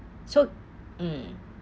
so mm